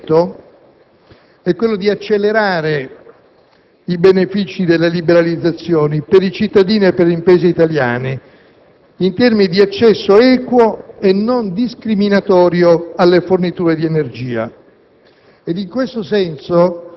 L'obiettivo di tale decreto è anche quello di accelerare i benefici delle liberalizzazioni per i cittadini e le imprese italiani, in termini di accesso equo e non discriminatorio alle forniture di energia.